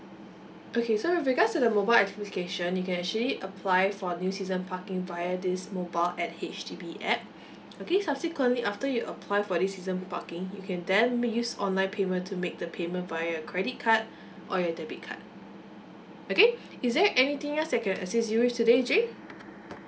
okay so with regards to the mobile application you can actually apply for new season parking via this mobile at H_D_B app okay subsequently after you apply for this season parking you can then make use online payment to make the payment via your credit card or your debit card okay is there anything else I can assist you with today jay